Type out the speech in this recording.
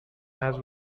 has